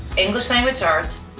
english-language arts,